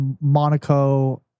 Monaco